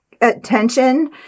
attention